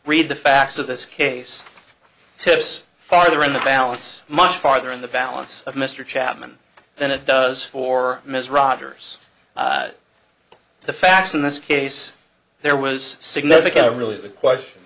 read the facts of this case tips farther in the balance much farther in the balance of mr chapman than it does for ms rogers the facts in this case there was significant really the question